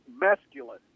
masculine